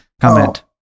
comment